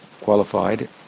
Qualified